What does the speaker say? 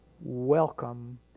Welcome